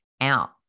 out